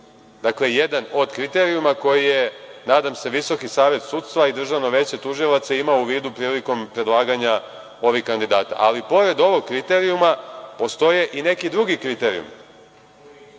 Jedan od kriterijuma koji je, nadam se, Visoki savet sudstva i Državno veće tužilaca imao u vidu prilikom predlaganja ovih kandidata. Pored ovog kriterijuma, postoje i neki drugi kriterijumi.(Milorad